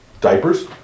diapers